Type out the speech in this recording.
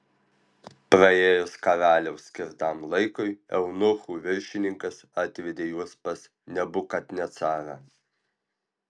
praėjus karaliaus skirtam laikui eunuchų viršininkas atvedė juos pas nebukadnecarą